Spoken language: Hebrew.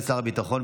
הביטחון,